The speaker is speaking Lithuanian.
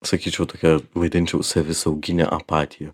sakyčiau tokia vaidinčiau savisauginę apatiją